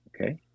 okay